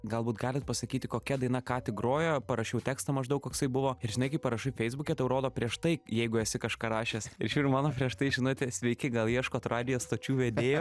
galbūt galit pasakyti kokia daina ką tik grojo parašiau tekstą maždaug koksai buvo ir žinai kai parašai feisbuke tau rodo prieš tai jeigu esi kažką rašęs ir žiūriu mano prieš tai žinutė sveiki gal ieškot radijo stočių vedėjo